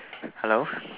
hello